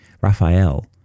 Raphael